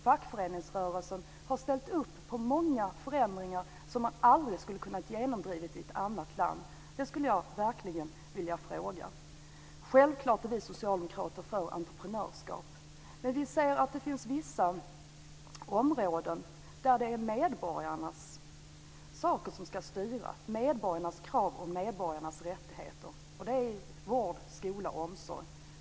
Fackföreningsrörelsen har ställt upp på många förändringar som aldrig skulle ha gått att genomdriva i ett annat land. Det skulle jag verkligen vilja fråga. Självklart är vi socialdemokrater för entreprenörskap, men vi säger att det finns vissa områden där medborgarnas krav och rättigheter ska styra, och det är i vård, skola och omsorg.